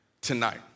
tonight